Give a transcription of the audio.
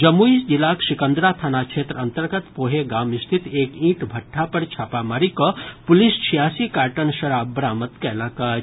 जमुई जिलाक सिकंदरा थाना क्षेत्र अंतर्गत पोहे गाम स्थित एक ईंट भट्ठा पर छापामारी कऽ पुलिस छियासी कार्टन शराब बरामद कयलक अछि